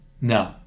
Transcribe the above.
No